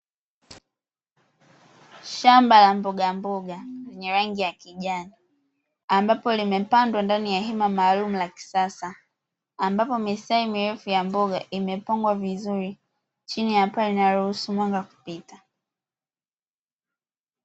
Shamba la mbogamboga lenye rangi ya kijani ambapo limepandwa ndani ya hema maalumu la kisasa, ambapo mistari mirefu ya mboga imepangwa vizuri chini ya paa linaloruhusu mwanga kupita.